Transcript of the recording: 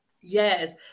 Yes